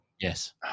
Yes